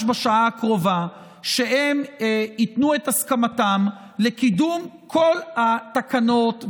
בשעה הקרובה שהם ייתנו את הסכמתם לקידום כל התקנות,